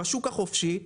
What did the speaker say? בשוק החופשי,